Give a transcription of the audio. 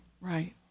right